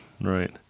right